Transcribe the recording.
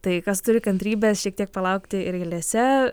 tai kas turi kantrybės šiek tiek palaukti ir eilėse